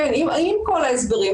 עם כל ההסברים,